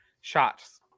shots